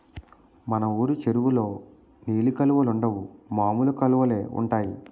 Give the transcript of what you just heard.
మన వూరు చెరువులో నీలి కలువలుండవు మామూలు కలువలే ఉంటాయి